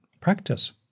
practice